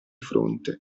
fronte